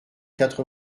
quatre